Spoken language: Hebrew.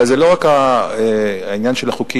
אבל זה לא רק העניין של החוקים,